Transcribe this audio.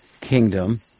kingdom